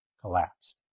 collapsed